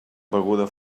beguda